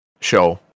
show